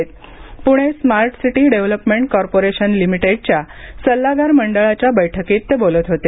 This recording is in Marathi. Pune smart city development corporation लिमिटेडच्या सल्लागार मंडळाच्या बैठकीत ते बोलत होते